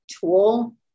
tool